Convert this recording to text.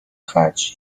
خرجی